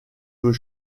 peut